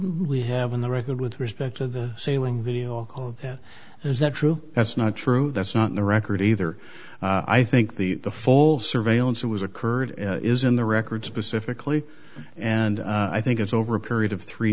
we have on the record with respect to the sailing video is that true that's not true that's not the record either i think the the full surveillance that was occurred is in the record specifically and i think it's over a period of three